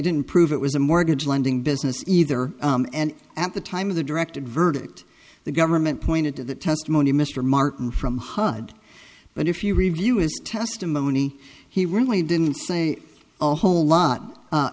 didn't prove it was a mortgage lending business either and at the time of the directed verdict the government pointed to the testimony of mr martin from hud but if you review his testimony he really didn't say a whole lot